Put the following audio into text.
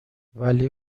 ولی